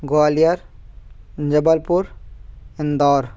Gwalior Jabalpur Indore